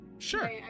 Sure